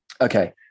Okay